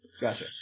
Gotcha